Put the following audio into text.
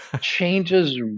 changes